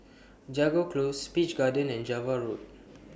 Jago Close Peach Garden and Java Road